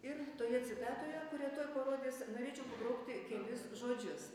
ir toje citatoje kurią tuoj parodys norėčiau pabraukti kelis žodžius